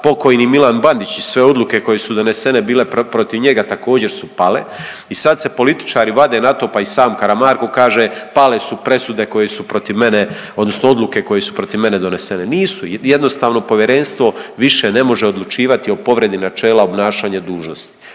pokojni Milan Bandić i sve odluke koje su donesene bile protiv njega, također, su pale i sad se političari vade na to pa i sam Karamarko kaže, pale su presude koje su protiv mene odnosno odluke koje su protiv mene donesene. Nisu, jednostavno povjerenstvo više ne može odlučivati o povredi načela obnašanja dužnosti.